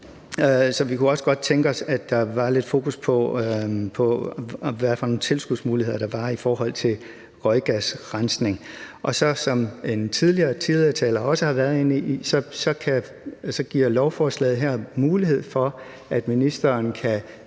Så vi kunne også godt tænke os, at der var lidt fokus på, hvilke tilskudsmuligheder der var i forhold til røggasrensning. Og så, som tidligere talere også har været inde på, giver lovforslaget her mulighed for, at ministeren kan